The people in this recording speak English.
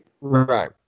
Right